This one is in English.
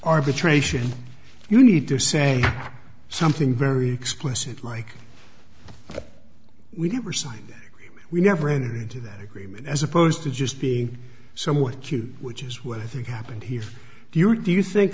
arbitration you need to say something very explicit like we never signed we never entered into that agreement as opposed to just being somewhat cute which is what i think happened here do you do you think